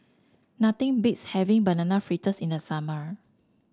nothing beats having Banana Fritters in the summer